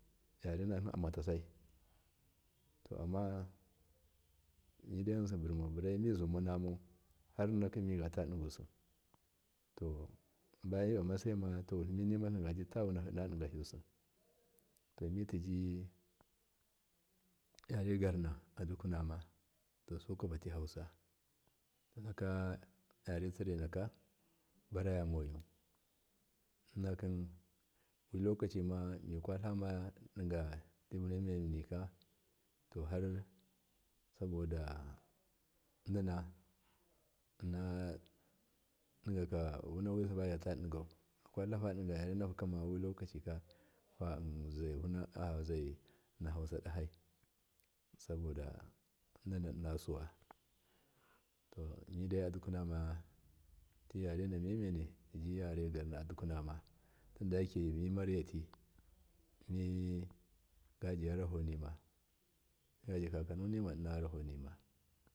Yarenatlin amatasai to amma midai yinsi burmaburai mizumanamau harnikakim midata dizusi to bayan mibamasaima to wutlimini ma bi tavunaki inna digahi yusi to mitiji vare garna atira ma to sukwa pa ti hausa nakaka yare cirena kabaramomu wilokacima mikatlama diga vuna memenika to har saboda nina innodigaka vunawiyasibu fakwa tlafadiga fazai hausa dahai saboda nina innasuwai to midai adukuna tiyare n memeni taji yare garna adunama tinyake mimaryati migaje yarahonima gaje yarahonma inna kakanunima.